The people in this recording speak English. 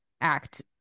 act